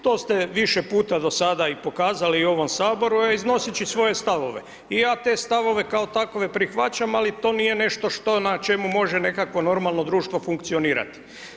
To ste više puta do sada i pokazali u ovom Saboru, a i iznoseći svoje stavove, i ja te stavove kao takove prihvaćam, ali to nije nešto što na čemu može nekakvo normalno društvo funkcionirati.